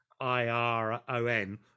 iron